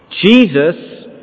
Jesus